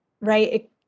right